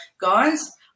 guys